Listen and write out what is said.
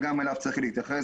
וגם אליו צריך להתייחס,